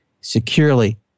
securely